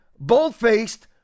bold-faced